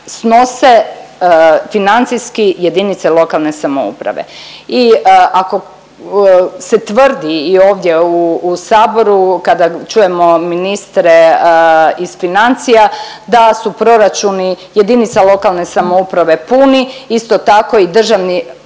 snose financijski jedinice lokalne samouprave. I ako se tvrdi i ovdje u Saboru kada čujemo ministre iz financija da su proračuni jedinica lokalne samouprave puni, isto tako i državni